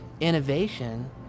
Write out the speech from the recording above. innovation